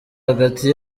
hagati